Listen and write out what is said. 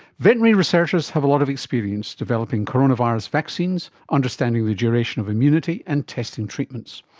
veterinary researchers have a lot of experience developing coronavirus vaccines, understanding the duration of immunity and testing treatments.